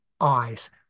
eyes